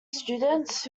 students